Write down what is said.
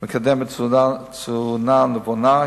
מקדמת תזונה נבונה,